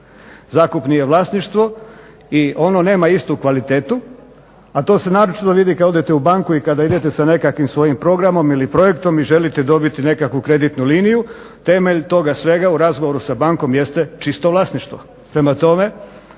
zakup nije vlasništvo i ono nema istu kvalitetu, a to se naročito vidi kada odete u banku i kada idete sa nekakvim svojim programom ili projektom i želite dobiti nekakvu kreditnu liniju, temelj toga svega u razgovoru sa bankom jeste čisto vlasništvo.